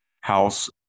house